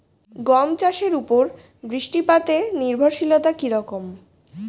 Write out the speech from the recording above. গম চাষের উপর বৃষ্টিপাতে নির্ভরশীলতা কী রকম?